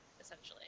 essentially